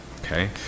okay